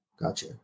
Gotcha